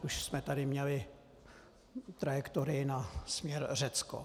Jinak už jsme tady měli trajektorii na směr Řecko.